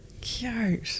Cute